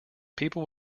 people